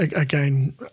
again